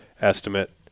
estimate